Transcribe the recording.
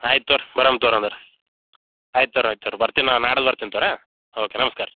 ಆಯ್ತು ತೋರ್ಸಿ ಬರಮ ತೋರಿ ಅಂದ್ರೆ ಆಯ್ತು ತೋರಿ ಆಯ್ತು ತೋರಿ ಬರ್ತಿನಿ ನಾನು ನಾಡ್ದು ಬರ್ತಿನಿ ತೊರಿ ಓಕೆ ನಮ್ಸ್ಕಾರ ರೀ